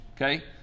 Okay